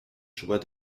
joie